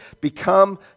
become